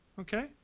Okay